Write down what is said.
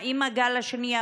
האם בגל השני,